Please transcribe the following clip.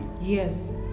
Yes